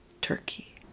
turkey